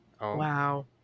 wow